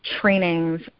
trainings